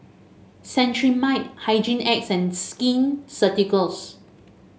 Cetrimide Hygin X and Skin Ceuticals